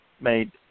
made